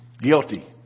Guilty